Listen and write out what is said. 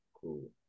cool